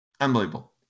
Unbelievable